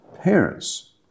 parents